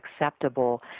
acceptable